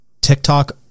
TikTok